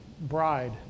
bride